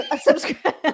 Subscribe